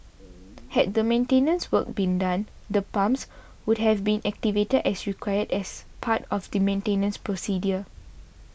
had the maintenance work been done the pumps would have been activated as required as part of the maintenance procedure